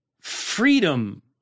freedom